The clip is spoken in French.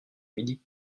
midi